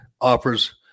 offers